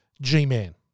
G-Man